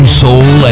soul